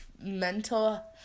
mental